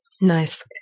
nice